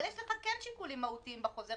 אבל יש לך כן שיקולים מהותיים בחוזר,